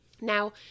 Now